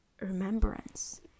remembrance